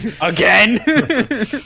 Again